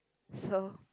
so